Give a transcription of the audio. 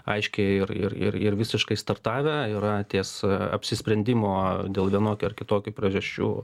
aiškiai ir ir ir ir visiškai startavę yra ties apsisprendimo dėl vienokių ar kitokių priežasčių